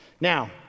Now